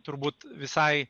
turbūt visai